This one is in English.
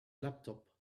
laptop